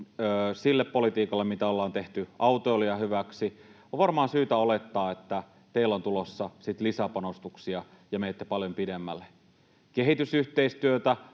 sille politiikalle, mitä ollaan tehty autoilijan hyväksi. On varmaan syytä olettaa, että teillä on tulossa sitten lisäpanostuksia ja menette paljon pidemmälle. Kehitysyhteistyöleikkauksia